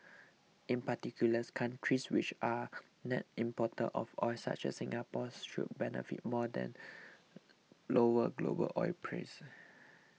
in particular countries which are net importers of oil such as Singapore should benefit more then lower global oil prices